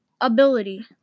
ability